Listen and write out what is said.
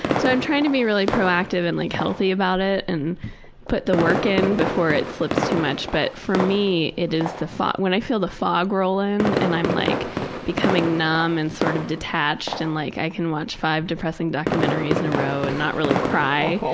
so i'm trying to be really proactive and like healthy about it and put the work in before it slips too much. but for me it is the fog when i feel the fog roll in and i'm like becoming numb and sort of detached and like i can watch five depressing documentaries in a row and not really cry. oh